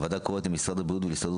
הוועדה קוראת למשרד הבריאות ולהסתדרות